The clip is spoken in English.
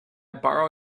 borrow